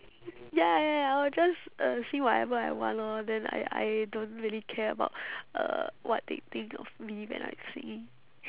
ya ya ya I will just uh sing whatever I want lor then I I don't really care about uh what they think of me when I am singing